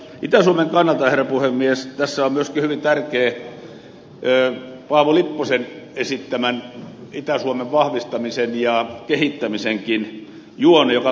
itä suomen kannalta herra puhemies tässä on myöskin hyvin tärkeä paavo lipposen esittämä itä suomen vahvistamisen ja kehittämisenkin juonne joka kannattaa tuoda esille